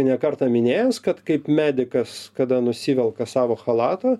ne kartą minėjęs kad kaip medikas kada nusivelka savo chalatą